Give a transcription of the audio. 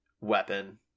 weapon